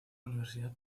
universidad